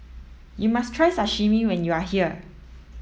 you must try Sashimi when you are here